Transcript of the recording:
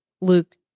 Luke